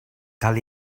cal